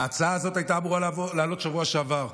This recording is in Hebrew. ההצעה הזאת הייתה אמורה לעלות בשבוע שעבר.